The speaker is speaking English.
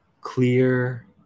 clear